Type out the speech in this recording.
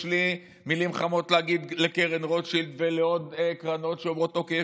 יש לי מילים חמות להגיד לקרן רוטשילד ולעוד קרנות שאומרות: אוקיי,